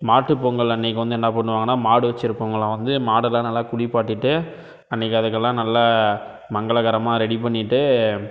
மாட்டுப் பொங்கல் அன்றைக்கு வந்து என்ன பண்ணுவாங்கன்னால் மாடு வச்சுருக்கவுங்களாம் வந்து மாடெல்லாம் நல்லா குளிப்பாட்டிவிட்டு அன்றைக்கு அதுக்கெல்லாம் நல்ல மங்களகரமாக ரெடி பண்ணிவிட்டு